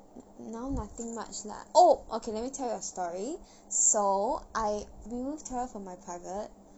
no nothing much lah oh okay let me tell a story so I removed her from my private